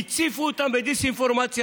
הציפו אותם בדיסאינפורמציה,